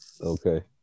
Okay